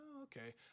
Okay